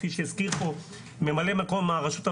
כפי שהזכיר פה ממלא מקום הרשות הווטרינרי.